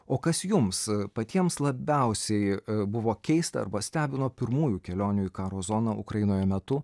o kas jums patiems labiausiai buvo keista arba stebino pirmųjų kelionių į karo zoną ukrainoje metu